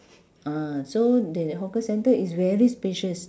ah so the hawker centre is very spacious